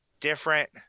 different